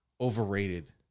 overrated